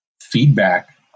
feedback